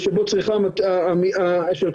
שירה את כמובן